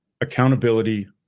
accountability